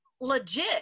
legit